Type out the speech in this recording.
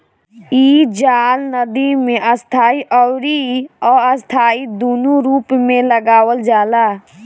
इ जाल नदी में स्थाई अउरी अस्थाई दूनो रूप में लगावल जाला